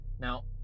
Now